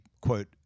quote